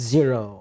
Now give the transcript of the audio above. Zero